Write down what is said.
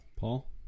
Paul